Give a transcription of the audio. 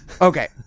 okay